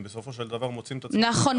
מוצאים את עצמם -- נכון,